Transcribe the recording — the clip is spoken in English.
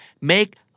make